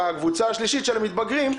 בקבוצה השלישית של המתבגרים,